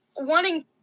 wanting